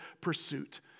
pursuit